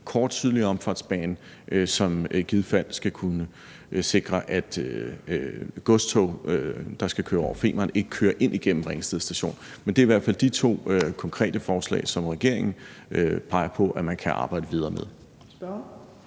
kort sydlig omfartsbane, som i givet fald skal kunne sikre, at godstog, der skal køre over Femern, ikke kører ind igennem Ringsted Station. Det er i hvert fald de to konkrete forslag, som regeringen peger på man kan arbejde videre med.